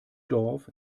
dorf